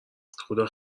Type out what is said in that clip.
خدا